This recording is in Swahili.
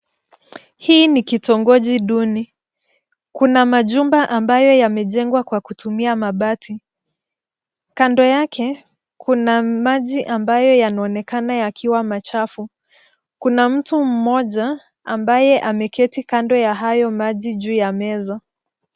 Hii ni kitongoji duni. Kuna majumba ambayo yamejengwa kwa kutumia mabati. Kando yake, kuna maji ambayo yanaonekana yakiwa machafu. Kuna mtu mmoja ambaye ameketi kando ya hayo maji juu ya meza.